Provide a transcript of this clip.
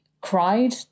cried